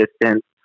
distance